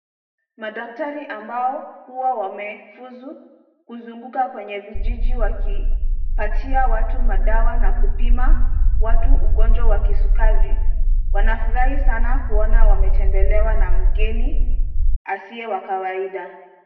Madaktari ambao hua wamefuzu kuzunguka kwenye vijiji wakipatia watu madawa na kupima watu ugonjwa wa kisukari wanafurahi sana kuona wametembelewa na mgeni asiye wa kawaida.